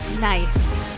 Nice